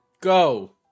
go